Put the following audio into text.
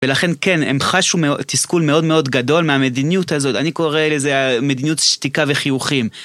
ולכן כן, הם חשו תסכול מאוד מאוד גדול מהמדיניות הזאת, אני קורא לזה מדיניות שתיקה וחיוכים.